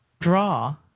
draw